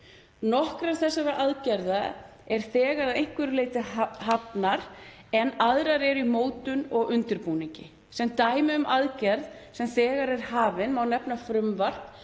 Nokkrar þessara aðgerða eru þegar að einhverju leyti hafnar en aðrar eru í mótun og undirbúningi. Sem dæmi um aðgerð sem þegar er hafin má nefna frumvarp